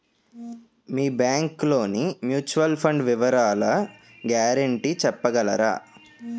మీ bank లోని mutual fund వివరాల guarantee చెప్పగలరా?